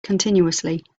continuously